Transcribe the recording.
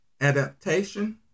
Adaptation